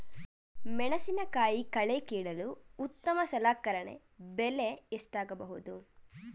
ಮೆಣಸಿನಕಾಯಿ ಕಳೆ ಕೀಳಲು ಉತ್ತಮ ಸಲಕರಣೆ ಬೆಲೆ ಎಷ್ಟಾಗಬಹುದು?